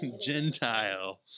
gentile